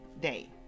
day